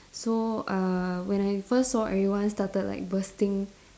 so uh when I first saw everyone started like bursting